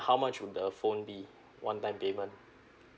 how much would the phone be one time payment